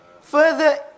Further